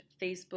Facebook